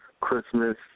Christmas